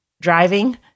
driving